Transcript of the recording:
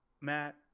Matt